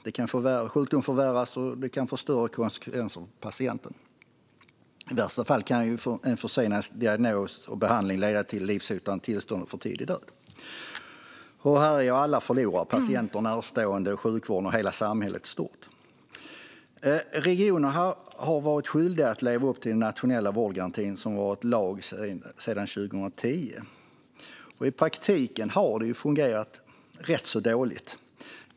Det kan förvärra sjukdomen och få allt större konsekvenser för patienterna. I vissa fall kan en försenad diagnos och behandling leda till livshotande tillstånd och för tidig död. Här blir alla förlorare: patienterna, närstående, sjukvården och samhället i stort. Regioner har varit att skyldiga att leva upp till den nationella vårdgarantin, som har varit lag sedan 2010. I praktiken har den fungerat rätt dåligt.